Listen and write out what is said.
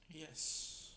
yes